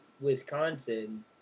Wisconsin